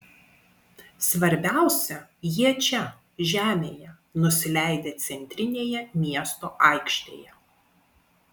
svarbiausia jie čia žemėje nusileidę centrinėje miesto aikštėje